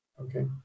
Okay